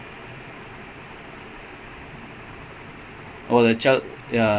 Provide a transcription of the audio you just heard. he got sacked for getting second with manual team the manual team was useless